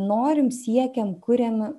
norim siekiam kuriam